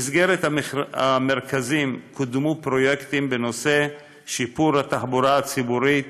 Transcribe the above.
במסגרת המרכזים קודמו פרויקטים בנושא שיפור התחבורה הציבורית,